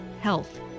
health